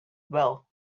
well